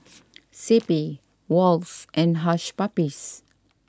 C P Wall's and Hush Puppies